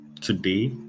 today